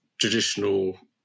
traditional